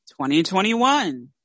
2021